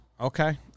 Okay